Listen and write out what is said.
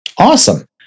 Awesome